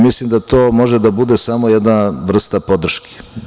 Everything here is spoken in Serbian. Mislim da to može da bude samo jedna vrsta podrške.